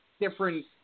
different